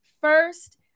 First